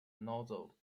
nozzle